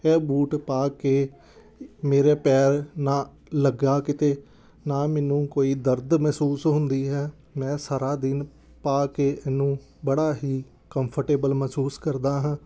ਇਹ ਬੂਟ ਪਾ ਕੇ ਮੇਰੇ ਪੈਰ ਨਾ ਲੱਗਾ ਕਿਤੇ ਨਾ ਮੈਨੂੰ ਕੋਈ ਦਰਦ ਮਹਿਸੂਸ ਹੁੰਦੀ ਹੈ ਮੈਂ ਸਾਰਾ ਦਿਨ ਪਾ ਕੇ ਇਹਨੂੰ ਬੜਾ ਹੀ ਕੰਫਰਟੇਬਲ ਮਹਿਸੂਸ ਕਰਦਾ ਹਾਂ